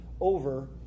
over